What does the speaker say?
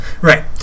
Right